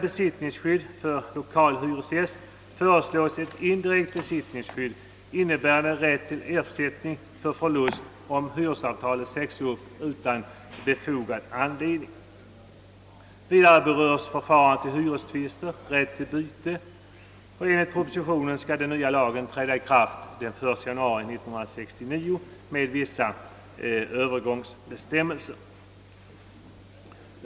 Vidare berörs förfarandet i hyrestvister och rätten till byte.